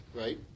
right